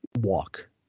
walk